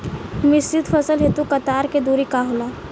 मिश्रित फसल हेतु कतार के दूरी का होला?